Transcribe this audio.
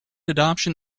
adoption